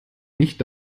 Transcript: nicht